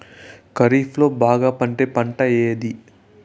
ఖరీఫ్ లో బాగా పండే పంట ఏది?